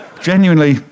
Genuinely